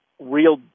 real